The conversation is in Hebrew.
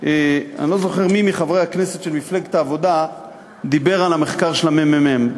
אני לא זוכר מי מחברי הכנסת של מפלגת העבודה דיבר על המחקר של הממ"מ,